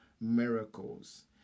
miracles